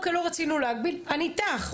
לא רצינו להגביל אני איתך.